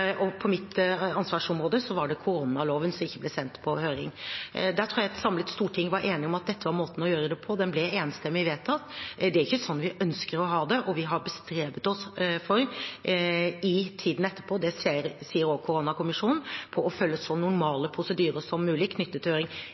Og på mitt ansvarsområde var det koronaloven som ikke ble sendt på høring. Der tror jeg et samlet storting var enige om at dette var måten å gjøre det på. Den ble enstemmig vedtatt. Det er ikke sånn vi ønsker å ha det, og vi har bestrebet oss i tiden etterpå – det sier også koronakommisjonen – på å følge så normale prosedyrer som mulig knyttet til høring,